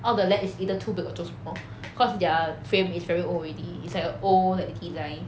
all the lens is either too big or too small cause their frame is very old already it's a old like design